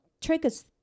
triggers